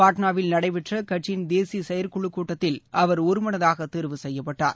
பாட்னாவில் நடைபெற்ற கட்சியின் தேசிய செயற்குழு கூட்டத்தில் அவர் ஒருமனதாக தேர்வு செய்யப்பட்டார்